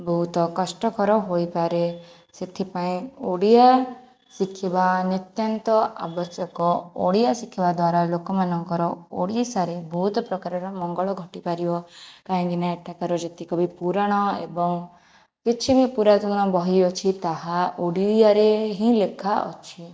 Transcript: ବହୁତ କଷ୍ଟକର ହୋଇପାରେ ସେଥିପାଇଁ ଓଡ଼ିଆ ଶିଖିବା ନିତ୍ୟାନ୍ତ ଆବ୍ୟଶକ ଓଡ଼ିଆ ଶିଖିବା ଦ୍ଵାରା ଲୋକମାନଙ୍କର ଓଡ଼ିଶାରେ ବହୁତ ପ୍ରକାରର ମଙ୍ଗଳ ଘଟି ପାରିବ କାହିଁକିନା ଏଠାକାର ଯେତିକବି ପୁରାଣ ଏବଂ କିଛିବି ପୁରାତନ ବହି ଅଛି ତାହା ଓଡ଼ିଆରେ ହିଁ ଲେଖାଅଛି